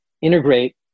integrate